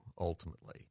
Ultimately